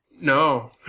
No